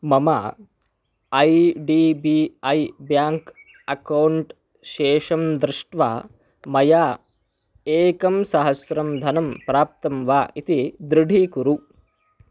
मम I D B I bank account शेषं दृष्ट्वा मया एकं सहस्रं धनं प्राप्तं वा इति दृढीकुरु